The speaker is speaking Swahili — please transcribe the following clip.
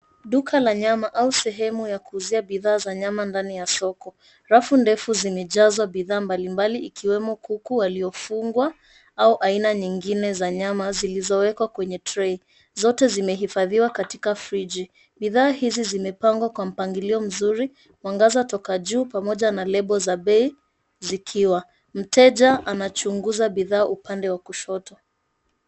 Duka la nyama au sehemu ya kuuzia bidhaa za nyama ndani ya soko, rafu ndefu zimejazwa bidhaa mbalimbali ikiwemo kuku waliofungwa au aina nyingine za nyama zilizowekwa kwenye trei. Zote zimehifadhiwa katika friji, bidhaa hizi zimepangwa kwa mpangilio mzuri. Mwangaza toka juu pamoja na lebo za bei ziko, mteja anachunguza bidhaa upande wa kushoto.